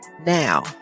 now